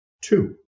Two